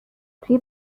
توی